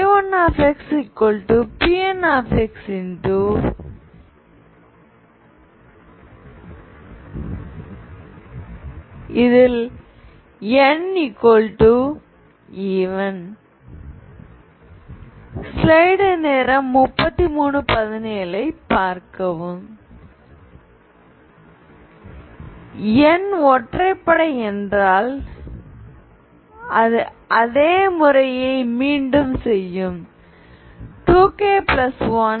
⟹y1xPnxneven n ஒற்றைப்படை என்றால் அது அதே முறையை மீண்டும் செய்யும் 2k1